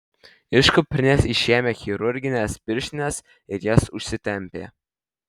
iš kuprinės išėmė chirurgines pirštines ir jas užsitempė